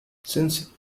since